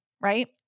right